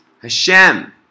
Hashem